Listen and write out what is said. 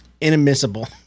inadmissible